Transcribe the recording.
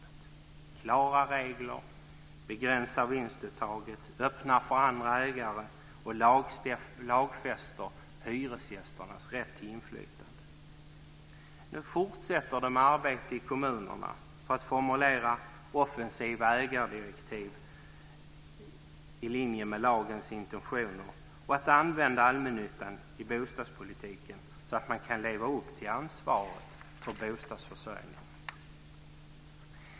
Det handlar om klara regler, om att begränsa vinstuttaget och öppna för andra ägare samt om att lagfästa hyresgästernas rätt till inflytande. Nu fortsätter det med arbete i kommunerna för att formulera offensiva ägardirektiv i linje med lagens intentioner och använda allmännyttan i bostadspolitiken så att man kan leva upp till ansvaret för bostadsförsörjningen.